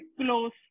close